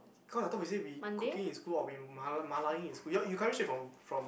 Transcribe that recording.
cause I thought we say we cooking in school or we ma~ malaing in school you you coming straight from from